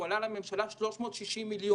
הוא עלה לממשלה 360 מיליון.